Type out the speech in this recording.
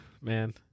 Man